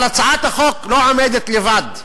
אבל הצעת החוק לא עומדת לבד.